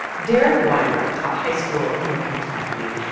derek weimer taught high school in kentucky,